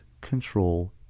control